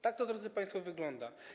Tak to, proszę państwa, wygląda.